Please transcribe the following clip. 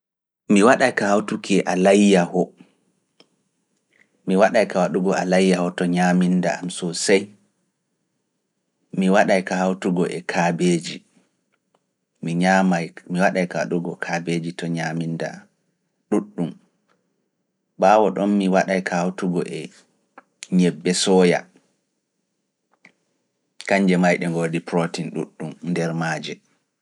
Min kam, mi annditataa innde ngoo ootum, mi annditataa innde kusel finatawa ngel ɗum joongirta e haakolooji, yami meeɗi mi ñaama ngoo ootum, ammaa mi yejjitii innde ɗen, ngam to mi woni, mi ɗuuɗaa naftirki e iri nduu ñaamdu.